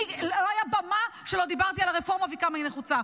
לא הייתה במה שלא דיברתי בה על הרפורמה וכמה היא נחוצה,